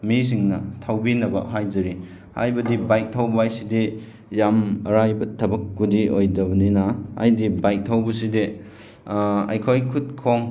ꯃꯤꯁꯤꯡꯅ ꯊꯧꯕꯤꯅꯕ ꯍꯥꯏꯖꯔꯤ ꯍꯥꯏꯕꯗꯤ ꯕꯥꯏꯛ ꯊꯧꯕ ꯍꯥꯏꯁꯤꯗꯤ ꯌꯥꯝ ꯑꯔꯥꯏꯕ ꯊꯕꯛꯄꯨꯗꯤ ꯑꯣꯏꯗꯕꯅꯤꯅ ꯍꯥꯏꯗꯤ ꯕꯥꯏꯛ ꯊꯧꯕꯁꯤꯗꯤ ꯑꯩꯈꯣꯏ ꯈꯨꯠ ꯈꯣꯡ